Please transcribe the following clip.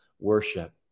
Worship